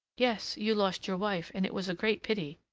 yes, you lost your wife, and it was a great pity!